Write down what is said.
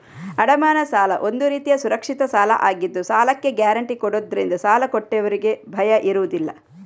ಅಡಮಾನ ಸಾಲ ಒಂದು ರೀತಿಯ ಸುರಕ್ಷಿತ ಸಾಲ ಆಗಿದ್ದು ಸಾಲಕ್ಕೆ ಗ್ಯಾರಂಟಿ ಕೊಡುದ್ರಿಂದ ಸಾಲ ಕೊಟ್ಟವ್ರಿಗೆ ಭಯ ಇರುದಿಲ್ಲ